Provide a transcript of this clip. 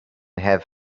have